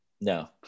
no